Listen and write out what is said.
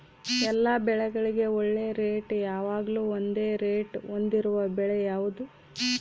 ಎಲ್ಲ ಬೆಳೆಗಳಿಗೆ ಒಳ್ಳೆ ರೇಟ್ ಯಾವಾಗ್ಲೂ ಒಂದೇ ರೇಟ್ ಹೊಂದಿರುವ ಬೆಳೆ ಯಾವುದು?